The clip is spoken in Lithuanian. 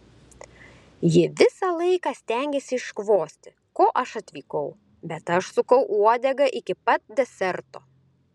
ji visą laiką stengėsi iškvosti ko aš atvykau bet aš sukau uodegą iki pat deserto